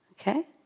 Okay